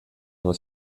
nur